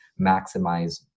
maximize